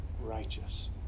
righteous